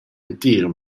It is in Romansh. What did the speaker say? entir